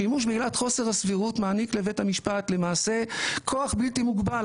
שימוש בעילת חוסר הסבירות מעניק לבית המשפט למעשה כוח בלתי מוגבל.